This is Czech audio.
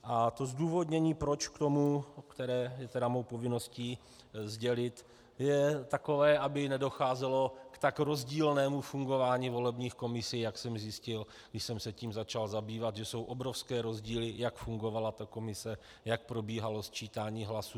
A to zdůvodnění, proč k tomu, které je tedy mou povinností sdělit, je takové, aby nedocházelo k tak rozdílnému fungování volebních komisí, jak jsem zjistil, když jsem se tím začal zabývat, že jsou obrovské rozdíly, jak fungovala ta komise, jak probíhalo sčítání hlasů.